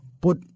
Put